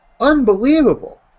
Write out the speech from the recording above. Unbelievable